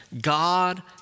God